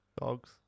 Dogs